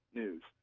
news